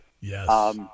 yes